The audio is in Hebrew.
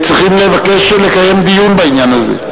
צריכים לבקש לקיים דיון בעניין הזה,